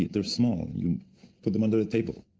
they're small, you put them under the table.